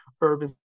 urban